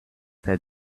said